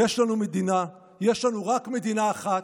יש לנו מדינה, יש לנו רק מדינה אחת,